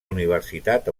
universitat